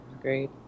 Great